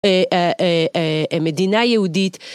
אה... אה... אה... אה... מדינה יהודית